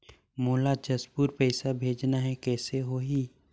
मोला जशपुर पइसा भेजना हैं, कइसे होही?